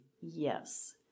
Yes